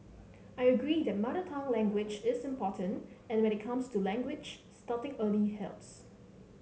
I agree that mother tongue language is important and when it comes to language starting early helps